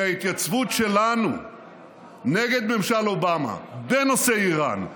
כי ההתייצבות שלנו נגד ממשל אובמה בנושא איראן,